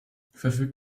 verfügt